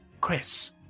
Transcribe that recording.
Chris